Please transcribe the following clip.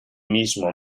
mismo